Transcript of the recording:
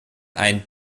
ein